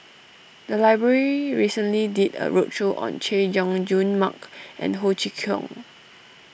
the library recently did a roadshow on Chay Jung Jun Mark and Ho Chee Kong